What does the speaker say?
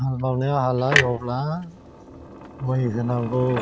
हाल' एवनायाव हाला एवब्ला मै होनांगौ